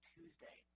Tuesday